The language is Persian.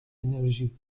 انرژی